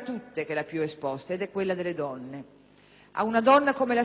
tutte è la più esposta, quella delle donne. Ad una donna come la signora Reggiani dovremmo dedicare, secondo me,